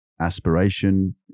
aspiration